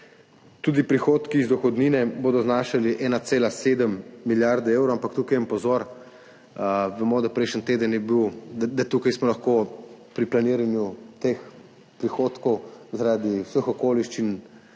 Tudi prihodki iz dohodnine bodo znašali 1,7 milijarde evrov. Ampak tukaj en pozor – vemo, da smo tukaj lahko pri planiranju teh prihodkov zaradi vseh okoliščin